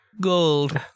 gold